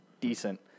decent